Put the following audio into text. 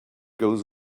goes